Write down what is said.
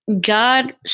God